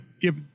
give